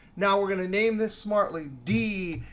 now we're going to name this smartly. d,